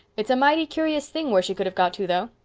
it's a mighty curious thing where she could have got to, though.